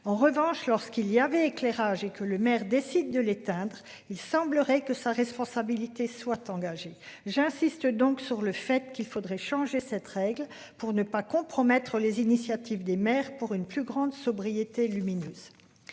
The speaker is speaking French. En revanche, lorsqu'il y avait. Éclairage et que le maire décide de l'éteindre. Il semblerait que sa responsabilité soit engagée. J'insiste donc sur le fait qu'il faudrait changer cette règle pour ne pas compromettre les initiatives des mères pour une plus grande sobriété lumineuse.